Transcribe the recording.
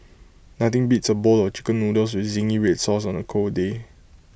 nothing beats A bowl of Chicken Noodles with Zingy Red Sauce on A cold day